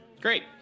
Great